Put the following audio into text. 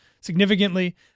significantly